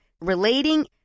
relating